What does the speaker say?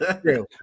true